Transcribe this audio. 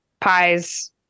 pies